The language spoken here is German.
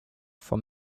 vom